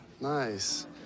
Nice